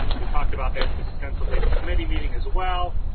we talked about this extensively at the committee meeting as well.